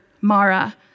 Mara